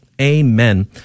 Amen